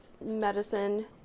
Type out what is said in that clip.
medicine